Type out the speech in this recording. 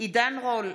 עידן רול,